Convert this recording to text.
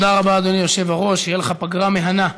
תודה רבה, אדוני היושב-ראש, שתהיה לך פגרה מהנה.